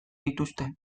dituzte